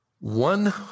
One